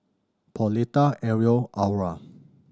Pauletta Ariel Aura